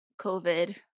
COVID